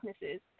businesses